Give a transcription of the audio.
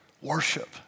worship